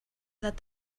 that